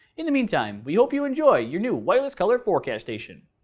in the meantime we hope you enjoy your new wireless color forecast station.